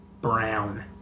brown